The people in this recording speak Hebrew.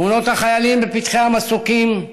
תמונות החיילים בפתחי המסוקים,